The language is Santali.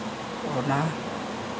ᱚᱱᱟ